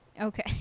Okay